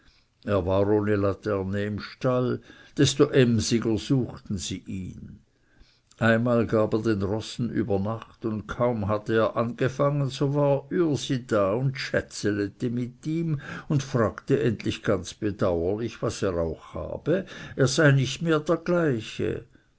er war ohne laterne im stall desto emsiger suchten sie ihn einmal gab er den rossen über nacht und kaum hatte er angefangen so war ürsi da und schätzelete mit ihm und fragte endlich ganz bedauerlich was er auch habe er sei nicht mehr der gleiche